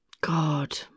God